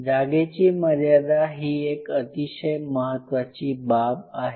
जागेची मर्यादा ही एक अतिशय महत्त्वाची बाब आहे